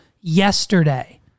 yesterday